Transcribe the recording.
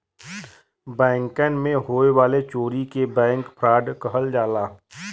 बैंकन मे होए वाले चोरी के बैंक फ्राड कहल जाला